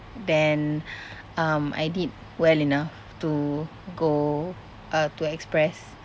then um I did well enough to go uh to express